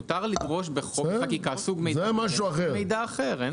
מותר לדרוש בחוק חקיקה סוג מידע כזה וסוג מידע אחר.